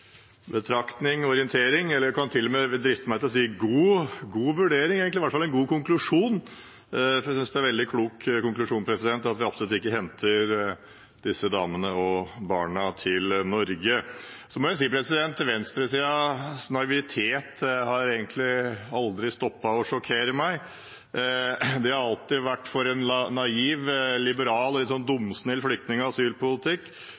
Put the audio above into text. betraktning og orientering. Jeg kan til og med driste meg til å si en god vurdering, i hvert fall en god konklusjon, for jeg synes det er en veldig klok konklusjon at vi absolutt ikke henter disse damene og barna til Norge. Så må jeg si at venstresidens naivitet egentlig aldri har stoppet å sjokkere meg. De har alltid vært for en naiv, liberal, litt dumsnill flyktning- og asylpolitikk.